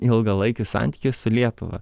ilgalaikius santykius su lietuva